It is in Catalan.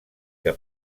que